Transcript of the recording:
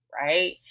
right